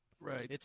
right